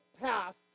path